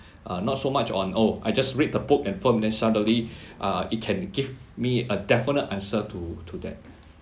uh not so much on oh I just read the book and film then suddenly err it can give me a definite answer to to that